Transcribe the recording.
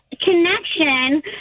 connection